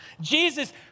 Jesus